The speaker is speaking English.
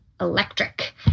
electric